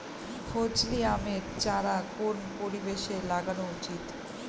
ফজলি আমের চারা কোন পরিবেশে লাগানো উচিৎ?